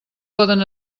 poden